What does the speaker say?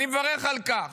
אני מברך על כך.